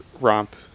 romp